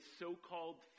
so-called